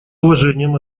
уважением